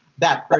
that